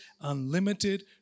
unlimited